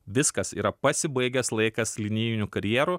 viskas yra pasibaigęs laikas linijinių karjerų